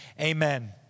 Amen